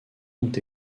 ont